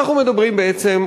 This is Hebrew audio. אנחנו מדברים בעצם,